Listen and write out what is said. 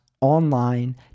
online